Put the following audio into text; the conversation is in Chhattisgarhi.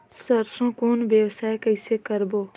सरसो कौन व्यवसाय कइसे करबो?